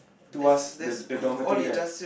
tuas the the dormitory there